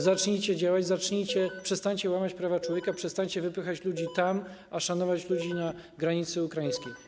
Zacznijcie działać, przestańcie łamać prawa człowieka, przestańcie wypychać ludzi tam, a szanować ludzi na granicy ukraińskiej.